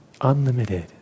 unlimited